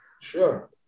Sure